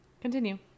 Continue